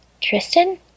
Tristan